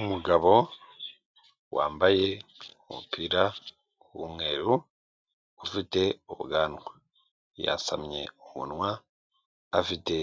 Umugabo wambaye umupira umweru ufite ubwanwa, yasamye umunwa afite